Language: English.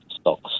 stocks